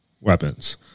weapons